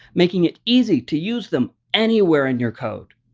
making it easy to use them anywhere in your code.